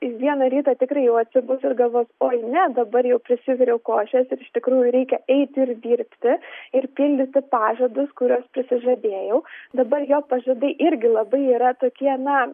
vieną rytą tikrai jau atsibus ir galvos oi ne dabar jau prisiviriau košės ir iš tikrųjų reikia eiti ir dirbti ir pildyti pažadus kuriuos prisižadėjau dabar jo pažadai irgi labai yra tokie na